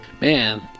man